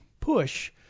push